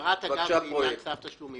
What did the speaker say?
הערת אגב בעניין צו תשלומים.